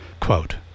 quote